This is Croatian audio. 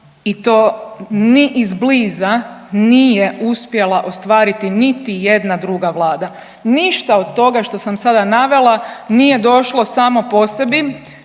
i to ni izbliza nije uspjela ostvariti niti jedna druga Vlada. Ništa od toga što sam sada navela nije došlo samo po sebi,